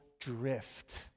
drift